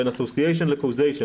בין association ל-causation,